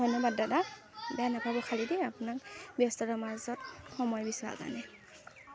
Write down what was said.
ধন্যবাদ দাদা বেয়া নাপাব খালি দেই আপোনাক ব্যস্ততাৰ মাজত সময় বিচৰাৰ কাৰণে